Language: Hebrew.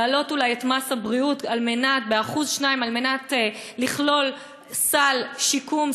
להעלות אולי את מס הבריאות ב-1% 2% על מנת לכלול סל שיקום,